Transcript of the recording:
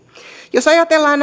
jos ajatellaan